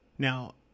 Now